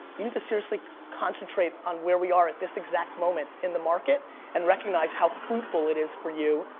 you need to seriously concentrate on where we are at this exact moment in the market and recognize how fruitful it is for you,